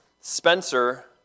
Spencer